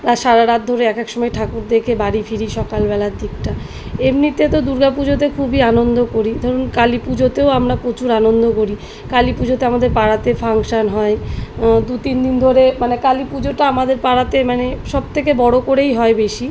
বা সারা রাত ধরে একেক সময় ঠাকুর দেখে বাড়ি ফিরি সকালবেলার দিকটা এমনিতে তো দুর্গা পুজোতে খুবই আনন্দ করি ধরুন কালী পুজোতেও আমরা প্রচুর আনন্দ করি কালী পুজোতে আমাদের পাড়াতে ফাংশান হয় দু তিন দিন ধরে মানে কালী পুজোটা আমাদের পাড়াতে মানে সবথেকে বড় করেই হয় বেশি